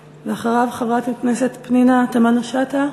ואחריו, חברת הכנסת פנינה תמנו-שטה,